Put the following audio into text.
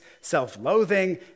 self-loathing